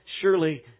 surely